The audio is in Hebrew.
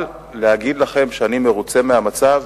אבל להגיד לכם שאני מאושר מהמצב?